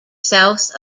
south